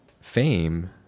fame